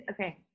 Okay